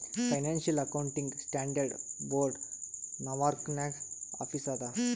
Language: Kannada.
financial accounting standard board Norwalk ನಾಗ್ ಆಫೀಸ್ ಅದಾ